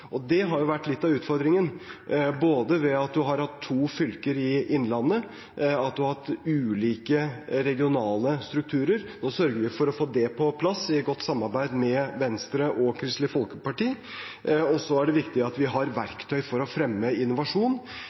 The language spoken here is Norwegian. Det har jo vært litt av utfordringen, ved at man har hatt to fylker i Innlandet, at man har hatt ulike regionale strukturer. Nå sørger vi for å få det på plass, i godt samarbeid med Venstre og Kristelig Folkeparti. Så er det viktig at vi har verktøy for å fremme innovasjon.